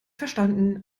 verstanden